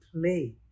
play